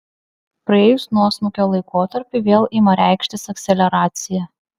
praėjus nuosmukio laikotarpiui vėl ima reikštis akceleracija